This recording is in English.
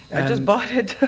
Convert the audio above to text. just bought it.